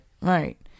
right